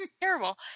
terrible